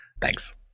Thanks